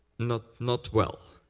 not not well.